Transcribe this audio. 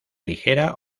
ligera